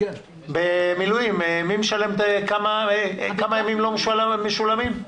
במילואים כמה ימים לא משולמים?